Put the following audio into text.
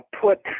put